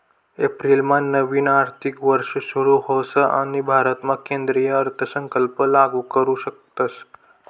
एप्रिलमा नवीन आर्थिक वर्ष सुरू होस आणि भारतामा केंद्रीय अर्थसंकल्प लागू करू शकतस